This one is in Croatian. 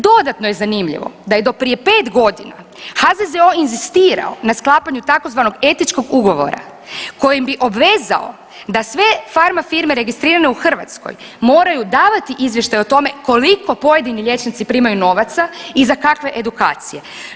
Dodatno je zanimljivo da je do prije 5 godina HZZO inzistirao na sklapanju tzv. etičkog ugovora kojim bi obvezao da sve farma-firme registrirane u Hrvatskoj moraju davati izvještaj o tome koliko pojedini liječnici primaju novaca i za kakve edukacije.